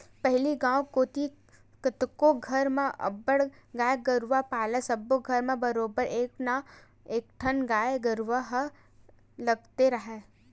पहिली गांव कोती कतको घर म अब्बड़ गाय गरूवा पालय सब्बो घर म बरोबर एक ना एकठन गाय गरुवा ह लगते राहय